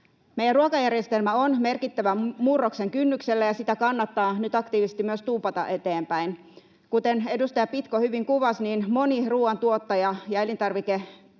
Meidän ruokajärjestelmämme on merkittävän murroksen kynnyksellä, ja sitä kannattaa nyt aktiivisesti myös tuupata eteenpäin. Kuten edustaja Pitko hyvin kuvasi, moni ruoantuottaja ja elintarvikejalostaja